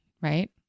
Right